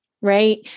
right